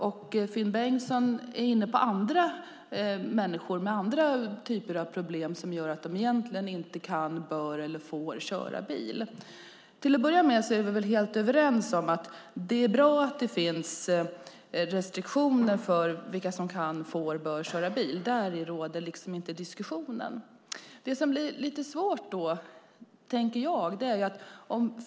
Finn Bengtsson är inne på andra människor med andra typer av problem som gör att de inte kan, bör och får köra bil. Till att börja med är vi väl helt överens om att det är bra att det finns restriktioner för vilka som kan, bör och får köra bil. Där råder ingen diskussion. Det blir lite svårt.